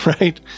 right